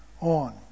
on